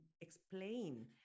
explain